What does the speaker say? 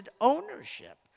ownership